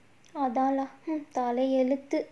oh தலையெழுத்து:thalaieluthu